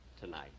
tonight